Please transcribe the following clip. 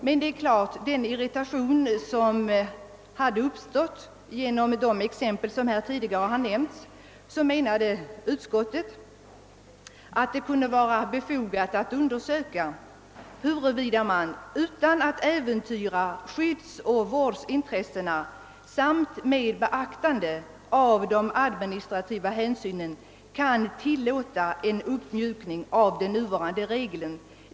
Men på grund av den irritation som hade uppstått genom de exempel som här tidigare har nämnts ansåg utskottet att det kunde vara befogat undersöka, huruvida man utan att äventyra skyddsoch vårdintressena samt med beaktande av de administrativa hänsynen kunde tillåta en uppmjukning av de nuvarande reglerna.